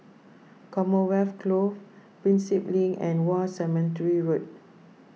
Commonwealth Close Prinsep Link and War Cemetery Road